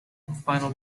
final